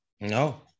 No